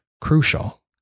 crucial